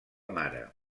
mare